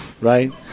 Right